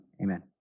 amen